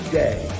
day